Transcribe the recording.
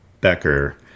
Becker